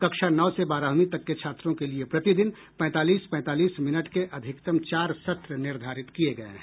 कक्षा नौ से बारहवीं तक के छात्रों के लिए प्रतिदिन पैंतालीस पैंतालीस मिनटके अधिकतम चार सत्र निर्धारित किए गए हैं